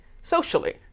socially